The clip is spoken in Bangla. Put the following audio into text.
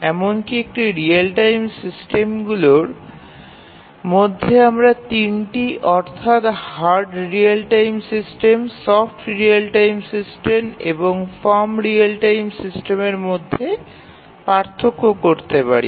এমনকি এই রিয়েল টাইম সিস্টেমগুলির মধ্যে আমরা তিনটি অর্থাৎ hard real time system soft real time system এবং ফার্ম রিয়েল টাইম সিস্টেমের মধ্যে পার্থক্য করতে পারি